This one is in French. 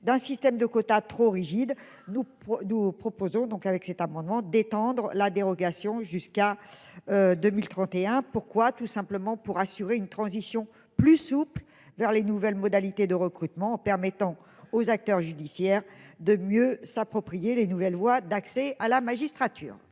d'un système de quotas trop rigide. Nous, nous proposons donc avec cet amendement détendre la dérogation jusqu'à. 2031 pourquoi tout simplement pour assurer une transition plus souple vers les nouvelles modalités de recrutement en permettant aux acteurs judiciaires de mieux s'approprier les nouvelles voies d'accès à la magistrature.